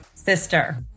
Sister